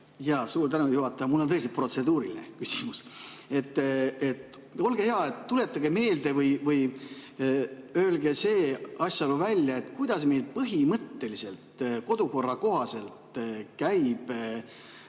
Suur tänu, juhataja! Mul on tõeliselt protseduuriline küsimus. Olge hea, tuletage meelde või öelge see asjaolu välja, kuidas meil põhimõtteliselt kodukorra kohaselt käib